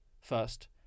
First